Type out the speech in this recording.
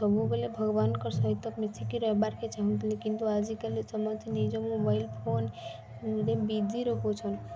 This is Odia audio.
ସବୁବେଲେ ଭଗବାନଙ୍କର୍ ସହିତ ମିଶିକି ରହେବାର୍କେ ଚାହୁଁଥିଲେ କିନ୍ତୁ ଆଜିକାଲି ସମସ୍ତେ ନିଜ ମୋବାଇଲ୍ ଫୋନ୍ରେ ବିଜି ରହୁଛନ୍